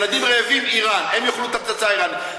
ילדים רעבים, איראן, הם יאכלו את הפצצה האיראנית.